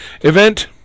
event